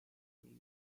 new